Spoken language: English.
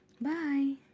Bye